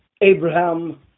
Abraham